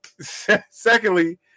secondly